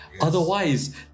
Otherwise